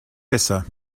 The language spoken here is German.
besser